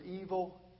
evil